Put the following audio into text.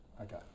Okay